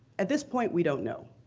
at this point we don't know.